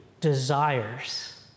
desires